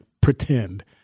pretend